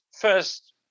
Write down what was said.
first